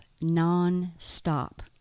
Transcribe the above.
non-stop